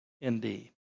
indeed